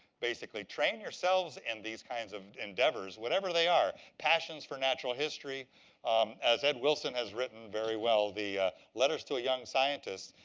basically, train yourselves in these kinds of endeavors, whatever they are. passions for natural history as ed wilson has written very well, the letters to a young scientist.